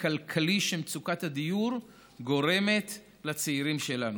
הכלכלי שמצוקת הדיור גורמת לצעירים שלנו.